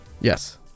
Yes